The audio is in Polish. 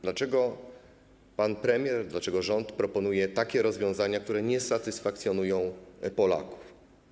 Dlaczego pan premier, rząd proponuje takie rozwiązania, które nie satysfakcjonują Polaków?